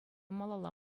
малалла